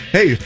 Hey